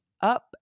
up